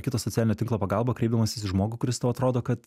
kito socialinio tinklo pagalba kreipdamasis į žmogų kuris tau atrodo kad